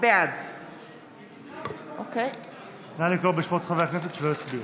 בעד נא לקרוא בשמות חברי הכנסת שלא הצביעו.